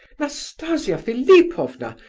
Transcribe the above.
nastasia philipovna,